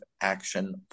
action